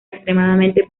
extremadamente